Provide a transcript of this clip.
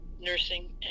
nursing